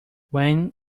when